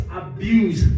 abuse